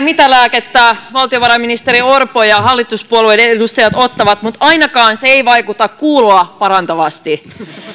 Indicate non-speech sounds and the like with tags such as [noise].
[unintelligible] mitä lääkettä valtiovarainministeri orpo ja hallituspuolueiden edustajat ottavat mutta ainakaan se ei vaikuta kuuloa parantavasti